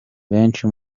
benshi